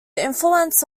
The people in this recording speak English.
influence